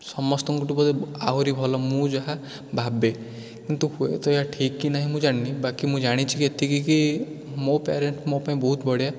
ସମସ୍ତଙ୍କଠୁ ବୋଧେ ଆହୁରି ଭଲ ମୁଁ ଯାହା ଭାବେ କିନ୍ତୁ ହୁଏ ତ ଏହା ଠିକ୍ କି ନାଇଁ ମୁଁ ଜାଣିନି ବାକି ମୁଁ ଜାଣିଛି ଏତିକି କି ମୋ ପ୍ୟାରେଣ୍ଟସ୍ ମୋ ପାଇଁ ବହୁତ ବଢ଼ିଆ